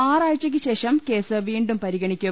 ആറാഴ്ചക്കു ശേഷം കേസ് വീണ്ടും പരിഗ ണിക്കും